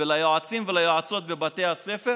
וליועצים וליועצות בבתי הספר